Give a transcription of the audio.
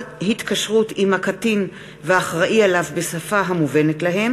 אי-תחולה על זכאי לקצבת פרישה שמשתכר מקופת הציבור כעובד הוראה),